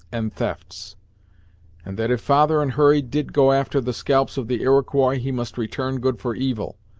and thefts and that if father and hurry did go after the scalps of the iroquois, he must return good for evil,